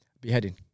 Beheading